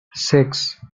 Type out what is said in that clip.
six